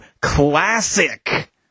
classic